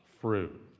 fruit